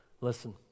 Listen